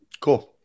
cool